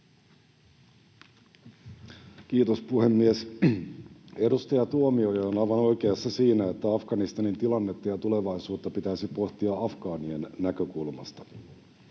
Kiitos, puhemies! Edustaja Tuomioja on aivan oikeassa siinä, että Afganistanin tilannetta ja tulevaisuutta pitäisi pohtia afgaanien näkökulmasta.